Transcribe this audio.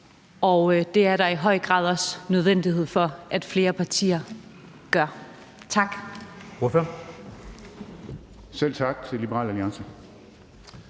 og det er det i høj grad også nødvendigt at flere partier gør. Tak.